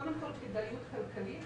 קודם כל כדאיות כלכלית,